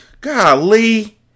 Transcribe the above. Golly